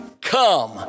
come